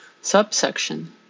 Subsection